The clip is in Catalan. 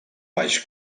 baix